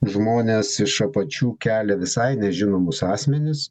žmones iš apačių kelia visai nežinomus asmenis